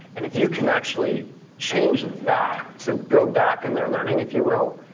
and if you can actually change that, so go back in their learning if you will,